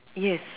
yes